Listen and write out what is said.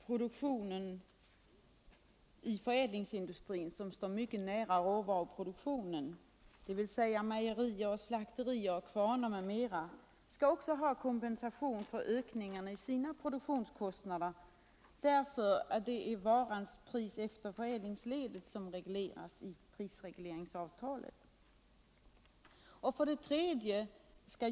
Produktionen i den förädlingsindustri som står mycket nära råvaruproduktionen, dvs. mejerier, slakterier, kvarnar m.-m., skall också ha kompensation för ökningen av sina produktionskostnader, därför att det är varans pris efter förädlingsledet som regleras i prisregleringsavtalet. 3.